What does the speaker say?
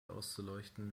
auszuleuchten